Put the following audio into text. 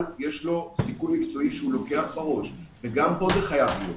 יש סיכון מקצועי שהוא לוקח וגם כאן זה חייב להיות.